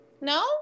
No